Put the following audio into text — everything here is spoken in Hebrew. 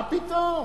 מה פתאום?